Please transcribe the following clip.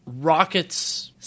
Rockets